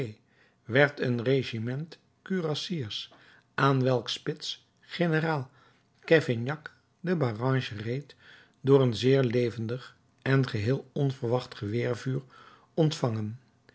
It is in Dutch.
werd een regiment kurassiers aan welks spits generaal cavaignac de baragne reed door een zeer levendig en geheel onverwacht geweervuur ontvangen